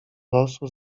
losu